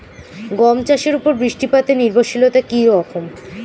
গম চাষের উপর বৃষ্টিপাতে নির্ভরশীলতা কী রকম?